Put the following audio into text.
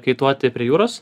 kaituoti prie jūros